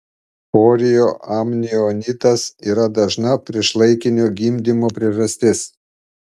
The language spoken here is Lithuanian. chorioamnionitas yra dažna priešlaikinio gimdymo priežastis